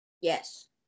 yes